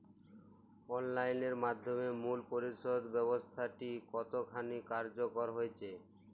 Online এর মাধ্যমে মূল্য পরিশোধ ব্যাবস্থাটি কতখানি কার্যকর হয়েচে?